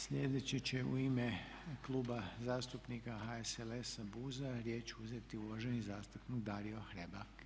Sljedeći će u ime Kluba zastupnika HSLS-a BUZ-a riječ uzeti uvaženi zastupnik Dario Hrebak.